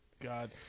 God